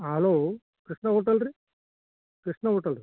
hello Krishna hotel ರೀ Krishna hotel ರೀ